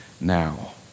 now